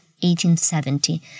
1870